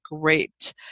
great